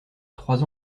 trois